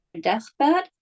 deathbed